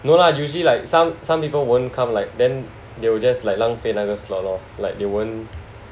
no lah usually like some some people won't come like then they will just like 浪费那个 slot lor like they won't